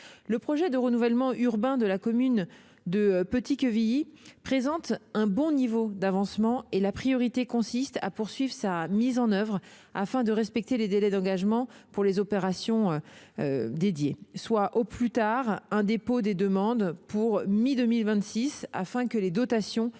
Le projet de renouvellement urbain de la commune de Petit-Quevilly présente un bon niveau d'avancement. Il s'agit prioritairement de poursuivre sa mise en oeuvre, afin de respecter les délais d'engagement pour les opérations du NPNRU, soit au plus tard un dépôt des demandes mi-2026, afin que les dotations octroyées